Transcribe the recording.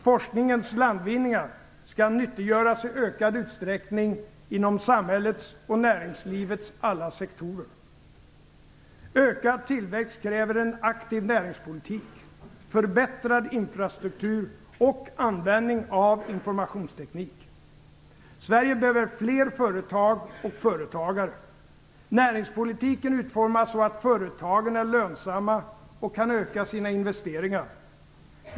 Forskningens landvinningar skall nyttiggöras i ökad utsträckning inom samhällets och näringslivets alla sektorer. Ökad tillväxt kräver en aktiv näringspolitik, förbättrad infrastruktur och användning av informationsteknik. Sverige behöver fler företag och företagare. Näringspolitiken utformas så att företagen är lönsamma och kan öka sina investeringar.